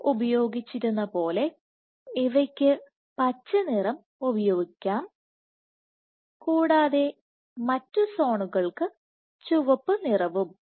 മുൻപ് ഉപയോഗിച്ചിരുന്ന പോലെ ഇവയ്ക്കു പച്ചനിറം ഉപയോഗിക്കാം കൂടാതെ മറ്റ് സോണുകൾക്ക് ചുവപ്പുനിറവും